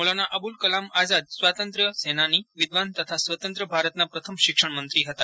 મૌલાના અબ્દુલ કલામ આઝાદ સ્વાતંત્ર્ય સેનાની વિદ્વાન તથા સ્વતંત્ર ભારતના પ્રથમ શિક્ષણમંત્રી હતા